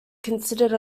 considered